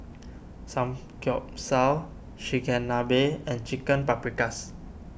Samgeyopsal Chigenabe and Chicken Paprikas